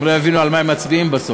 הם לא יבינו על מה הם מצביעים בסוף.